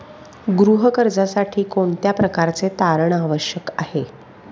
गृह कर्जासाठी कोणत्या प्रकारचे तारण आवश्यक आहे?